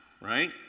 right